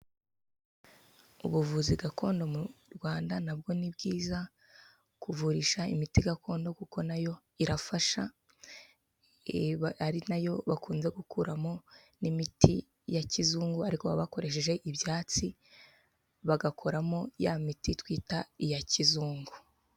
Ubuvuzi gakondo mu Rwanda nabwo ni bwiza, kuvurisha imiti gakondo kuko nayo irafasha, iba ari nayo bakunze gukuramo n'imiti ya kizungu, ariko bakoresheje ibyatsi bagakoramo ya miti twita iya kizungu.